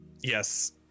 yes